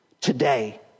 today